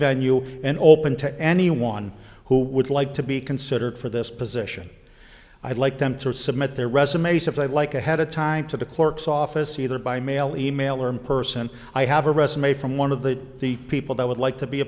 venue and open to anyone who would like to be considered for this position i'd like them to submit their resumes if they like ahead of time to the clerk's office either by mail e mail or in person i have a resume from one of the the people that would like to be